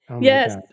Yes